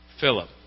Philip